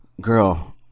girl